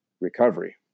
recovery